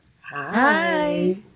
Hi